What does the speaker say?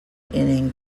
inning